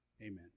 Amen